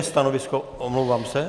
Stanovisko, omlouvám se.